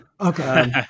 Okay